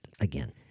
again